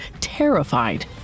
terrified